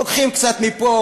לוקחים קצת מפה,